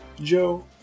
Joe